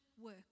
work